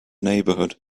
neighbourhood